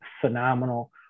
phenomenal